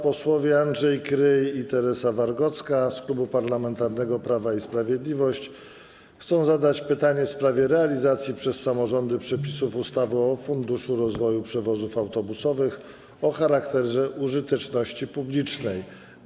Posłowie Andrzej Kryj i Teresa Wargocka z Klubu Parlamentarnego Prawo i Sprawiedliwość chcą zadać pytanie w sprawie realizacji przez samorządy przepisów ustawy o Funduszu rozwoju przewozów autobusowych o charakterze użyteczności publicznej.